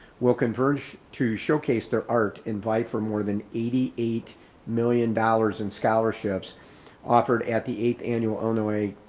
will converge to showcase their art invite for more than eighty eight million dollars in scholarships offered at the eighth annual onaway,